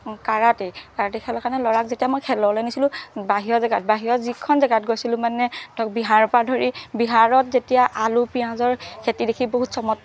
karate karate খেল কাৰণে ল'ৰাক যেতিয়া মই খেললৈ নিচিলো বাহিৰৰ জেগাত বাহিৰৰ যিখন জেগাত গৈছিলো মানে ধৰক বিহাৰৰ পৰা ধৰি বিহাৰত যেতিয়া আলু পিঁয়াজৰ খেতি দেখি বহুত চমৎকাৰ